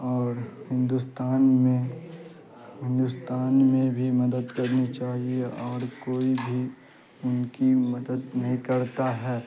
اور ہندوستان میں ہندوستان میں بھی مدد کرنی چاہیے اور کوئی بھی ان کی مدد نہیں کرتا ہے